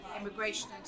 immigration